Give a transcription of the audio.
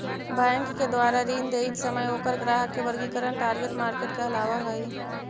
bank के द्वारा ऋण देइत समय ओकर ग्राहक के वर्गीकरण टारगेट मार्केट कहलावऽ हइ